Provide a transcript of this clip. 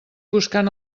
buscant